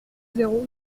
zéro